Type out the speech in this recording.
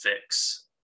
fix